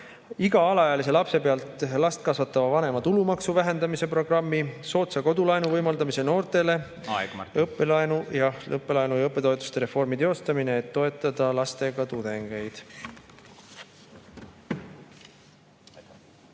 iga alaealise lapse pealt last kasvatava vanema tulumaksu vähendamise programmi, soodsa kodulaenu võimaldamise noortele … Aeg, Martin! Aeg, Martin! … ja õppelaenu ja õppetoetuste reformi teostamise, et toetada lastega tudengeid.